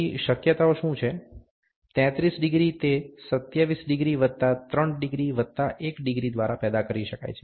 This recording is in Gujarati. તેથી શક્યતા ઓ શું છે 33° તે 27° વત્તા 3° વત્તા 1° દ્વારા પેદા કરી શકાય છે